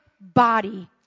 body